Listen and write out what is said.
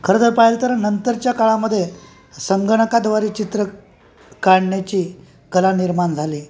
खरंं तर पाहिलं तर नंतरच्या काळामध्ये संगणकाद्वारे चित्र काढण्याची कला निर्माण झाली